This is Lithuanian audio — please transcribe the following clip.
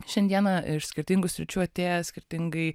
šiandieną iš skirtingų sričių atėję skirtingai